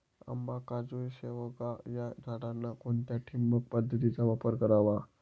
आंबा, काजू, शेवगा या झाडांना कोणत्या ठिबक पद्धतीचा वापर करावा?